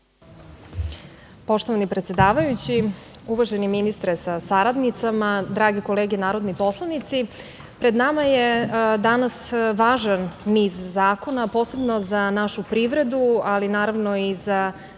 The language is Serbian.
Poštovani predsedavajući, uvaženi ministre sa saradnicama, drage kolege narodni poslanici, pred nama je danas važan niz zakona, posebno za našu privredu, ali naravno i za fizička